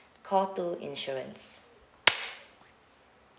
call two insurance